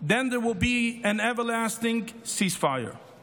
then there will be an everlasting cease fire.